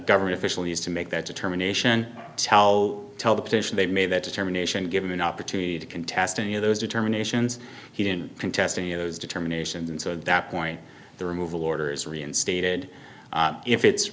government official needs to make that determination tell tell the petition they made that determination give him an opportunity to contest any of those determinations he didn't contesting those determinations and so that point the removal orders reinstated if it's